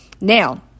Now